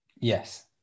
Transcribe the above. Yes